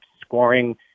scoring